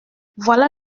voilà